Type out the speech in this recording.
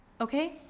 Okay